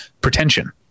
pretension